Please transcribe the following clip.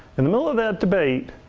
in the middle of that debate,